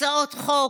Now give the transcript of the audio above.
הצעות חוק,